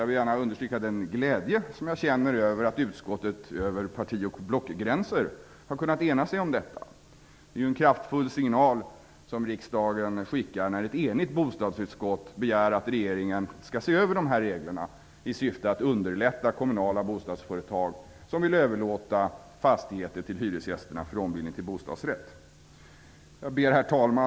Jag vill gärna understryka den glädje jag känner över att utskottet över parti och blockgränser har kunnat ena sig om detta. Det är en kraftfull signal som riksdagen skickar när ett enigt bostadsutskott begär att regeringen skall se över dessa regler i syfte att underlätta för kommunala bostadsföretag som vill överlåta fastigheter till hyresgästerna för ombildning till bostadsrätt. Herr talman!